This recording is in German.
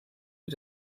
wie